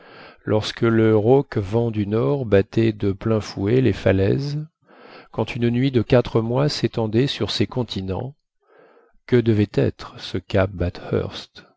lorsque le rauque vent du nord battait de plein fouet les falaises quand une nuit de quatre mois s'étendait sur ces continents que devait être ce cap